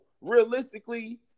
realistically